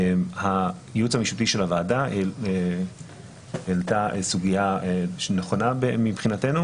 הייעוץ המשפטי של הוועדה העלה סוגיה נכונה מבחינתנו,